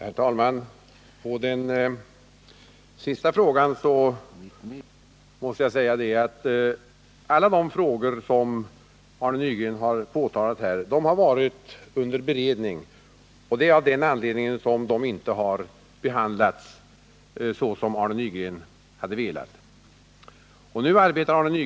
Herr talman! På den sista frågan måste jag svara att alla de frågor som Arne Nygren nämnde har varit under beredning, och av den anledningen har de inte behandlats såsom Arne Nygren velat.